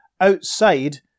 Outside